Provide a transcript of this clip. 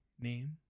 name